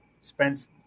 Spence